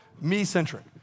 me-centric